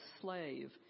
slave